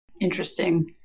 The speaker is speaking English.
Interesting